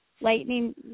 lightning